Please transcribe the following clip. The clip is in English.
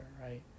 right